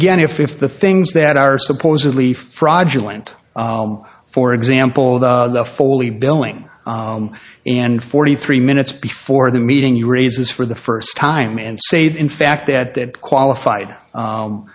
again if if the things that are supposedly fraudulent for example the foley billing and forty three minutes before the meeting you raises for the first time and say that in fact that that qualified